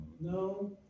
No